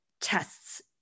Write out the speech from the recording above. tests